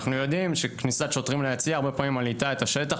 ואנחנו יודעים שכניסת שוטרים ליציע הרבה פעמים מלהיטה את השטח,